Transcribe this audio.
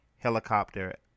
Helicopter